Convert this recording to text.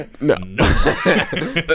No